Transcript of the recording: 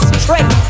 straight